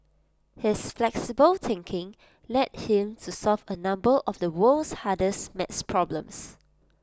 his flexible thinking led him to solve A number of the world's hardest maths problems